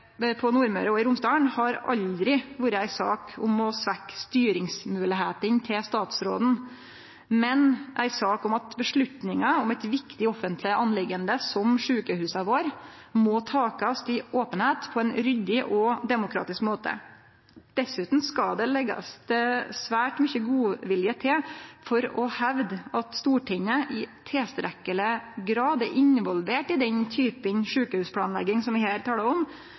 Nordmøre og Romsdal har aldri vore ei sak om å svekkje styringsmoglegheitene til statsråden, men ei sak om at avgjerder i eit viktig offentleg spørsmål som sjukehusa våre må takast i openheit på ein ryddig og demokratisk måte. Dessutan skal det leggjast svært mykje godvilje til for å hevde at Stortinget i tilstrekkeleg grad er involvert i den typen sjukehusplanlegging som vi her talar om,